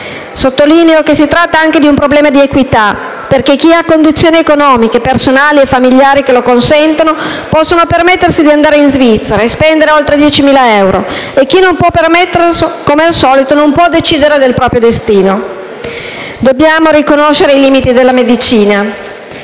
Sottolineo che si tratta anche di un problema di equità, perché chi ha condizioni economiche personali e familiari che lo consentono può permettersi di andare in Svizzera e spendere oltre 10.000 euro, mentre chi non può permetterselo, come al solito non può decidere del proprio destino. Dobbiamo riconoscere i limiti della medicina